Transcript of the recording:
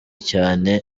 cyane